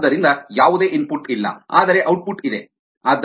ಆದ್ದರಿಂದ ಯಾವುದೇ ಇನ್ಪುಟ್ ಇಲ್ಲ ಆದರೆ ಔಟ್ಪುಟ್ ಇದೆ